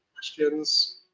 questions